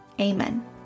Amen